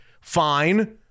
fine